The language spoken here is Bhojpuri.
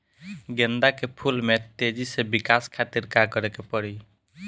गेंदा के फूल में तेजी से विकास खातिर का करे के पड़ी?